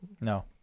no